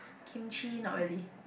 kimchi not really